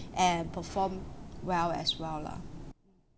and perform well as well lah